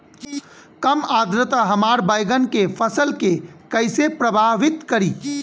कम आद्रता हमार बैगन के फसल के कइसे प्रभावित करी?